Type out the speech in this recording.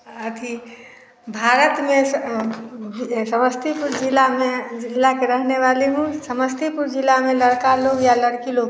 अभी भारत में समस्तीपुर जिला में जिला के रहने वाली हूँ समस्तीपुर जिला में लड़का लोग या लड़की लोग